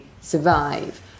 survive